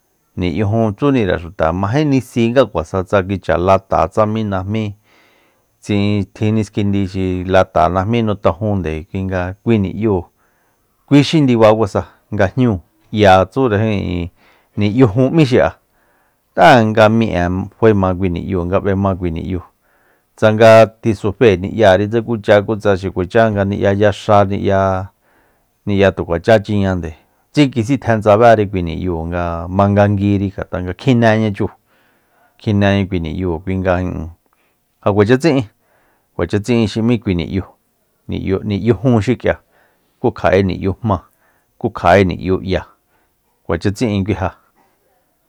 Ni'yu jun tsúnire xuta mají nisí nga kuasa tsa kicha lata tsa mi najmí tsi'in tjin niskindi xi lata najmí nitojúnde kui nga kui ni'yúu kui xi ndiba kuasa nga jñúu 'ya tsure ijin ni'yujun m'í xi'a tanga mí'e faema kui ni'yu nga b'ema kui ni'yu tsanga tisufée ni'yari tsa kucha xi kuacha ngani'ya yaxa ni'ya tukuacháchiñande tsikisitjen tsabéri kui ni'yu nga manganguiri ngat'a nga kjineña chúu kjineña kui ni'yúu kui nga ijin ja kuacha tsi'in kuacha tsi'in xi m'í kui ni'yu- ni'yujun xik'ia ku kja'e ni'yu jma ku kja'e ni'yu'ya kuacha tsiín kui ja